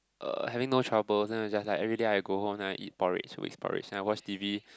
uh having no trouble then it's just like everyday I go home then I eat porridge it's always porridge then I watch T_V